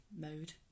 mode